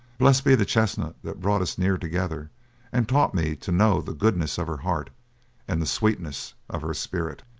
blessed be the chestnut that brought us near together and taught me to know the goodness of her heart and the sweetness of her spirit!